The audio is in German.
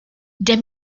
der